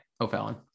O'Fallon